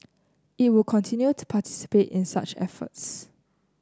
it will continue to participate in such efforts